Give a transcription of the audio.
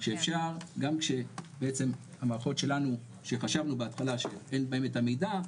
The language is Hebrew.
בעצם גם כשהמערכות שלנו שחשבנו בהתחלה שאין בהן את המידע,